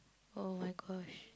!oh-my-gosh!